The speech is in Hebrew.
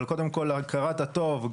קודם כל הכרת הטוב.